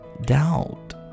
doubt